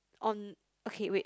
on okay wait